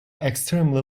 extremely